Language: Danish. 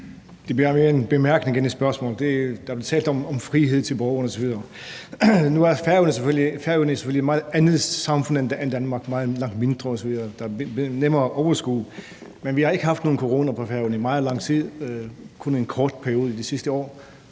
Det bliver jo en bemærkning og ikke et spørgsmål. Der blev talt om frihed til borgerne osv. Nu er Færøerne selvfølgelig et meget andet samfund end Danmark, langt mindre osv., og det er nemmere at overskue, men vi har ikke haft nogen corona på Færøerne i meget lang tid, kun en kort periode i det sidste år,